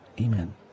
Amen